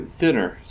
thinner